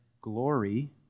glory